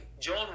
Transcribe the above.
John